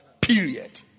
Period